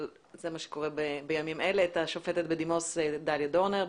זה מה שקורה בימים אלה את השופטת בדימוס דליה דורנר.